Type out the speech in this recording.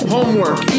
Homework